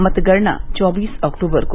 मतगणना चौबीस अक्टूबर को